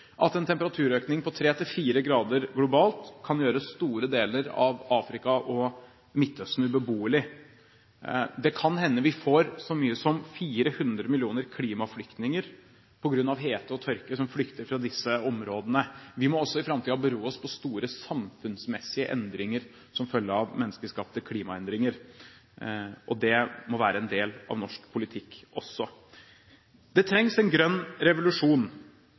at en temperaturøkning på 3–4 grader globalt kan gjøre store deler av Afrika og Midtøsten ubeboelig. Det kan hende vi får så mange som 400 millioner klimaflyktninger som flykter fra disse områdene på grunn av hete og tørke. Vi må også i framtiden belage oss på store samfunnsmessige endringer som følge av menneskeskapte klimaendringer – og det må være en del av norsk politikk også. Det trengs en grønn revolusjon,